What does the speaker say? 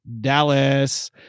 Dallas